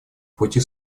пути